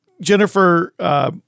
Jennifer